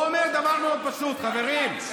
הוא אומר דבר מאוד פשוט, חברים: